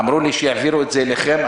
אמרו לי שהעבירו את זה אליכם.